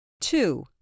Two